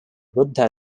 buddha